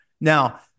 Now